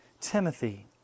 Timothy